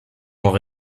noir